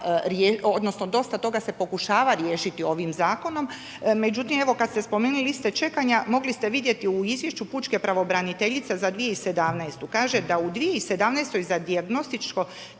odnosno dosta toga se pokušava riješiti ovim Zakonom. Međutim evo, kad ste spomenuli liste čekanja mogli ste vidjeti u izvješću pučke pravobraniteljice za 2017., kaže da u 2017. za dijagnostičko